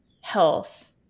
health